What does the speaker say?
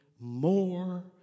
more